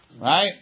right